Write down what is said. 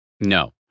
No